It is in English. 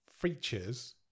features